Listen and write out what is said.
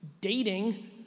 dating